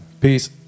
Peace